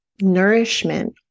nourishment